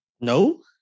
No